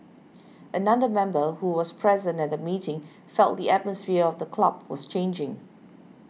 another member who was present at the meeting felt the atmosphere of the club was changing